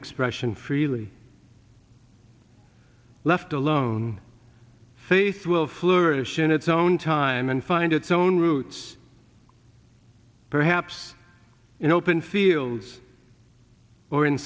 expression freely left alone faith will flourish in its own time and find its own roots perhaps in open fields or in